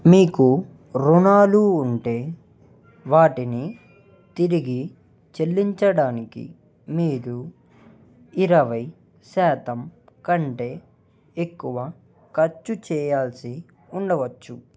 మీకు రుణాలు ఉంటే వాటిని తిరిగి చెల్లించడానికి మీరు ఇరవై శాతం కంటే ఎక్కువ ఖర్చు చేయాల్సి ఉండవచ్చు